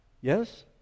Yes